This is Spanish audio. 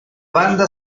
banda